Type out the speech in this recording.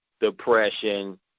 depression